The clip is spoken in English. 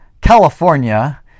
California